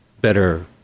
better